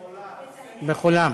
בחולם.